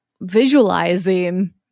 visualizing